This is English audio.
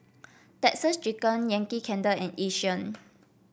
Texas Chicken Yankee Candle and Yishion